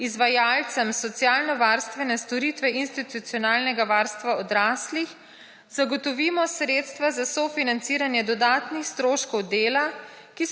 izvajalcem socialne varstvene storitve institucionalnega varstva odrastlih zagotovimo sredstva za sofinanciranje dodatnih stroškov dela,